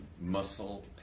muscle